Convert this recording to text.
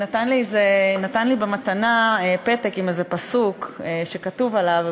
הוא נתן לי במתנה פתק עם איזה פסוק שכתוב עליו,